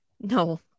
No